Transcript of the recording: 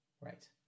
Right